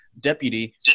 Deputy